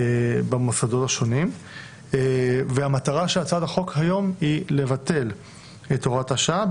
במוסדות השונים והמטרה של הצעת החוק היום היא לבטל את הוראת השעה,